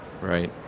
Right